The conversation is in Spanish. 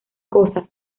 cosas